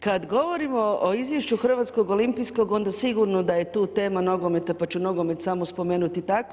Kad govorimo o Izvješću Hrvatskog olimpijskog, onda sigurno da je tu tema nogometa, pa ću nogomet samo spomenuti tako.